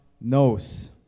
knows